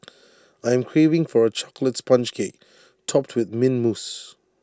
I am craving for A Chocolate Sponge Cake Topped with Mint Mousse